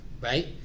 right